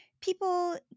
people